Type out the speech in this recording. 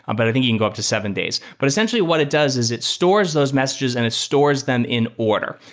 and but i think it can go up to seven days. but essentially what it does is it stores those messages and it stores them in order.